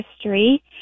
history